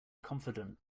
confident